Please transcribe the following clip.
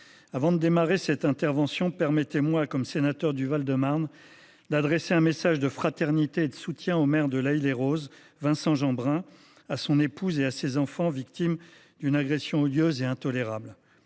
avant de commencer cette intervention, permettez moi, en tant que sénateur du Val de Marne, d’adresser un message de fraternité et de soutien au maire de L’Haÿ les Roses, Vincent Jeanbrun, à son épouse et à ses enfants victimes d’une agression odieuse et intolérable.